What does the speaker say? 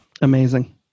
Amazing